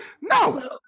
No